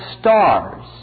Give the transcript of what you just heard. stars